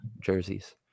jerseys